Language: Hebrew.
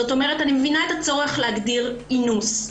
אני מבינה את הצורך להגדיר אינוס,